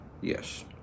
Yes